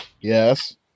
Yes